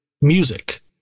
music